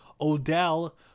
Odell